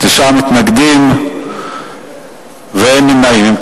תשעה מתנגדים ואין נמנעים.